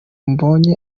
mbone